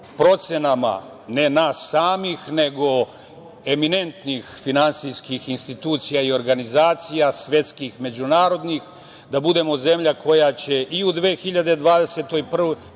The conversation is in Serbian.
procenama, ne nas samih, nego eminentnih finansijskih institucija i organizacija, svetskih, međunarodnih, da budemo zemlja koja će i u 2020,